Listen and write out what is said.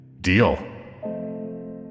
Deal